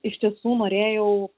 iš tiesų norėjau